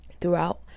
throughout